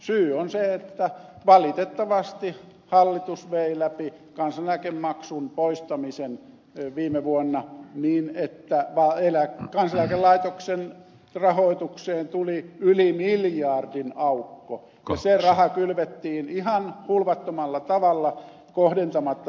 syy on se että valitettavasti hallitus vei läpi kansaneläkemaksun poistamisen viime vuonna niin että kansaneläkelaitoksen rahoitukseen tuli yli miljardin aukko ja se raha kylvettiin ihan hulvattomalla tavalla kohdentamatta sitä esimerkiksi työllistäville aloille